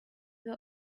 were